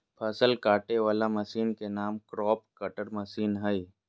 फसल काटे वला मशीन के नाम क्रॉप कटर मशीन हइ